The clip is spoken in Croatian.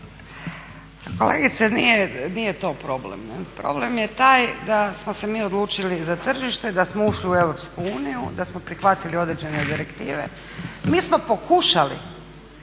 Kolegice nije to problem. Problem je taj da smo se mi odlučili za tržište, da smo ušli u Europsku uniju, da smo prihvatili određene direktive. Mi smo pokušali,